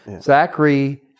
Zachary